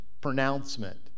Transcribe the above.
pronouncement